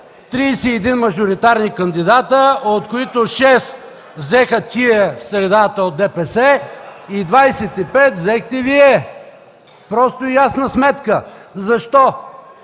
31 мажоритарни кандидати, от които 6 взеха тези (посочва групата на ДПС) и 25 взехте Вие. Проста и ясна сметка. Защо?